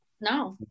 No